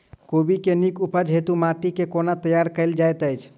कोबी केँ नीक उपज हेतु माटि केँ कोना तैयार कएल जाइत अछि?